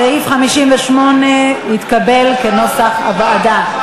סעיף 58 התקבל כנוסח הוועדה.